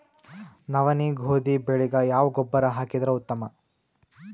ನವನಿ, ಗೋಧಿ ಬೆಳಿಗ ಯಾವ ಗೊಬ್ಬರ ಹಾಕಿದರ ಉತ್ತಮ?